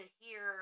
hear